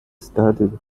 studied